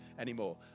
Anymore